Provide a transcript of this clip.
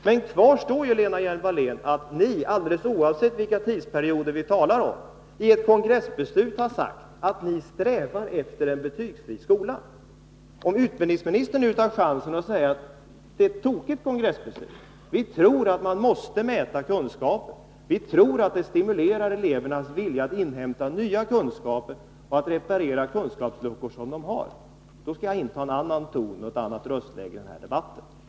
Men kvar står, Lena Hjelm-Wallén, att ni, alldeles oavsett vilka tidsperioder vi här talar om, i ett kongressbeslut har sagt att ni strävar efter en betygsfri skola. Om utbildningsministern nu tar chansen att erkänna att det är ett tokigt kongressbeslut och säger att socialdemokraterna tror att man måste mäta kunskap tror att elevernas vilja att inhämta nya kunskaper och att reparera de kunskapsluckor som finns kan stimuleras med betyg, då skall jag inta en annan ton och ett annat röstläge i den här debatten.